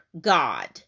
God